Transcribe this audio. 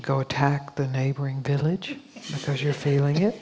to go attack the neighboring village because you're failing it